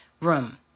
room